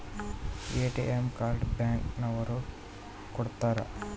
ATM card bank ನವರು ಕೊಡ್ತಾರ